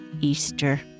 Easter